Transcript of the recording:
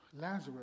Lazarus